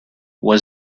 was